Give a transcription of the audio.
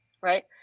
right